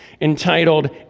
entitled